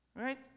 right